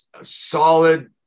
solid